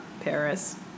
Paris